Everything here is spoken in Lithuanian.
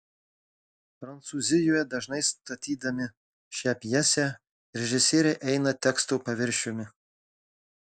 prancūzijoje dažnai statydami šią pjesę režisieriai eina teksto paviršiumi